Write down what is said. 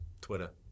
Twitter